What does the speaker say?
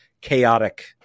chaotic